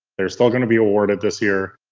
they're still going to be awarded this year.